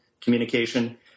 communication